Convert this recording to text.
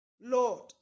Lord